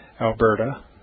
Alberta